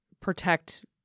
protect